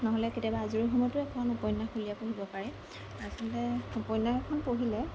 নহ'লে কেতিয়াবা আজৰি সময়তো এখন উপন্যাস উলিয়াই পঢ়িব পাৰে আচলতে উপন্যাস এখন পঢ়িলে